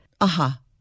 Aha